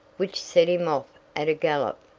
which set him off at a gallop.